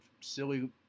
silly